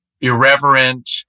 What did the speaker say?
Irreverent